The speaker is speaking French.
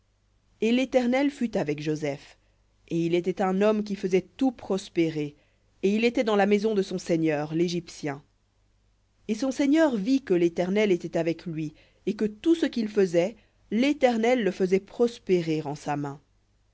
et l'éternel fut avec joseph et il était un homme qui faisait prospérer et il était dans la maison de son seigneur légyptien et son seigneur vit que l'éternel était avec lui et que tout ce qu'il faisait l'éternel le faisait prospérer en sa main